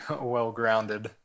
well-grounded